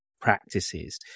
practices